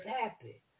happy